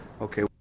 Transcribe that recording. okay